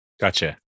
gotcha